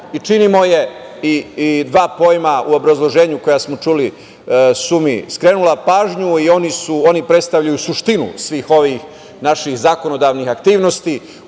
efikasnom i dva pojma u obrazloženju koja smo čuli su mi skrenula pažnju i oni predstavljaju suštinu svih ovih naših zakonodavnih aktivnosti